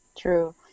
true